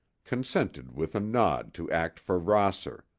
consented with a nod to act for rosser,